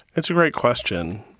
it's a great question.